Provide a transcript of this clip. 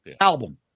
album